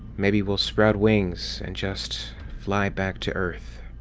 maybe we'll sprout wings and just fly back to earth.